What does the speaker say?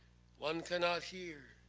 one cannot hear,